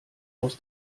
aus